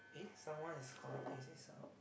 eh someone is calling me is this some